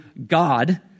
God